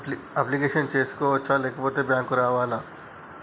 Application చేసుకోవచ్చా లేకపోతే bank రావాలా?